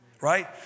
right